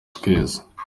twese